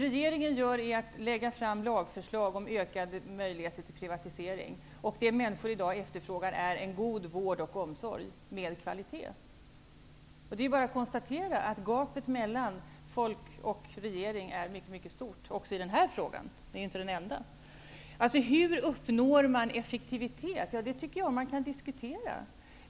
Regeringen lägger fram lagförslag om ökade möjligheter till privatisering. Det människor i dag efterfrågar är en god vård och omsorg med kvalitet. Det är bara att konstatera att gapet mellan folk och regering är mycket stort också i den här frågan. Det är inte den enda. Hur uppnår man effektivitet? Det tycker jag man kan diskutera.